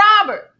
Robert